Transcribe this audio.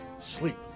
sleep